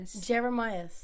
jeremiah